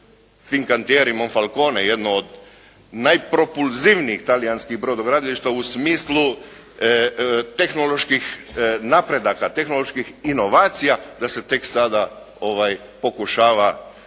"Fincantjeri", "Molfacone" jedno od najpropulzivnijih talijanskih brodogradilišta u smislu tehnoloških napredaka, tehnoloških inovacija da se tek sada pokušava